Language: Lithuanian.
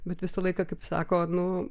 bet visą laiką kaip sako nu